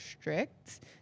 strict